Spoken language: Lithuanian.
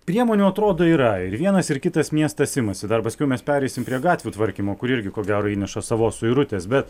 priemonių atrodo yra ir vienas ir kitas miestas imasi dar paskiau mes pereisim prie gatvių tvarkymo kuri irgi ko gero įneša savo suirutes bet